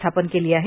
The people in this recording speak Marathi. स्थापन केली आहे